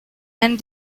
and